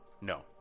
No